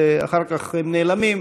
ואחר כך הם נעלמים,